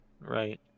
right